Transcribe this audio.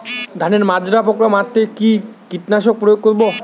ধানের মাজরা পোকা মারতে কি কীটনাশক প্রয়োগ করব?